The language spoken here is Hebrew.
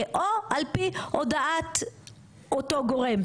או על פי הודעת אותו גורם,